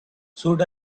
should